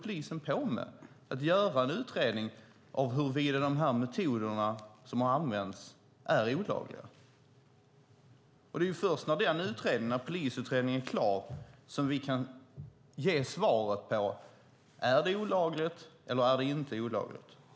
Polisen håller på att göra en utredning av huruvida de metoder som har använts är olagliga. Det är först när denna polisutredning är klar som vi kan ge svar på om det är olagligt eller inte.